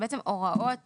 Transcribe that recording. זה הוראות